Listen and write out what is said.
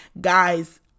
Guys